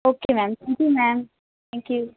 okay ma'am thank you ma'am thank you